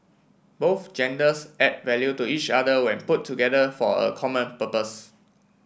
both genders add value to each other when put together for a common purpose